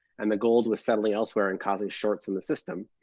and the gold was settling elsewhere and causing shorts in the system.